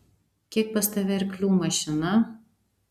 kiek pas tave arklių mašina